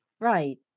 Right